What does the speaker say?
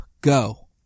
go